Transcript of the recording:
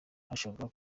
washobora